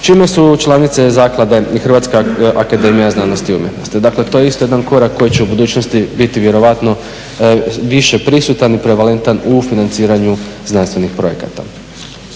čije su članice zaklada i Hrvatska akademija znanosti i umjetnosti. Dakle to je isto jedan korak koji će u budućnosti biti vjerojatno više prisutan i …/Govornik se ne razumije./… u financiranju znanstvenih projekata.